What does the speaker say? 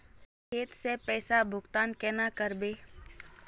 खेत के पैसा भुगतान केना करबे?